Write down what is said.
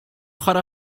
chwarae